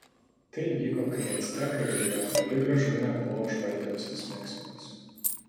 tai įvyko kai actekai dar toli gražu nebuvo užvaldę visos meksikos